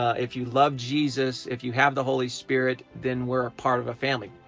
ah if you love jesus, if you have the holy spirit, then we're a part of a family.